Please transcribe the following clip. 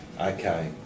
Okay